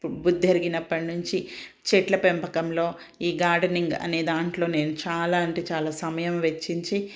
బుద్ధి ఎరిగినప్పటి నుంచి చెట్ల పెంపకంలో ఈ గార్డెనింగ్ అనే దాంట్లో నేను చాలా అంటే చాలా సమయం వెచ్చించి